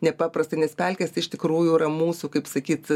nepaprastai nes pelkės iš tikrųjų yra mūsų kaip sakyt